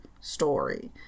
story